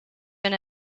been